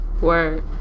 Word